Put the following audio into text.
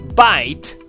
bite